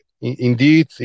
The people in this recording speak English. Indeed